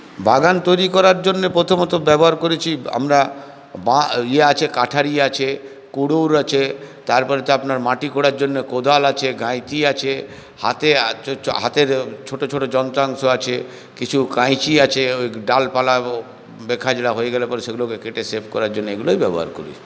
বাগান তৈরি করার জন্য প্রথমত ব্যবহার করেছি আমরা ইয়ে আছে কাটারি আছে কুড়ুল আছে তারপরে তো আপনার মাটি খোঁড়ার জন্য কোদাল আছে গাঁইতি আছে হাতে হাতের ছোটো ছোটো যন্ত্রাংশ আছে কিছু কাঁইচি আছে ওই ডালপালা হয়ে গেলে পড়ে সেগুলোকে কেটে শেপ করার জন্য এগুলোই ব্যবহার করি